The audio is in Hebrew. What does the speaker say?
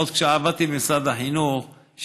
עוד כשעבדתי במשרד החינוך,